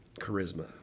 charisma